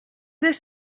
this